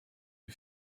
you